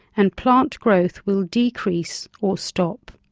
and plant growth will decrease or stop.